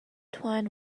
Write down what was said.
twine